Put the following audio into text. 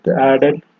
added